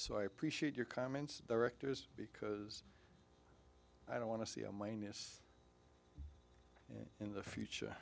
so i appreciate your comments directors because i don't want to see a minus in the future